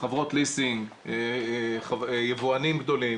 חברות ליסינג, יבואנים גדולים